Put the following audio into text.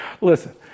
Listen